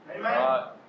Amen